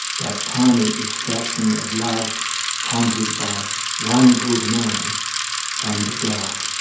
that tiny extraction of love conjured by one good man and a dog.